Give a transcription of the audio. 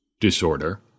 disorder